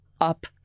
up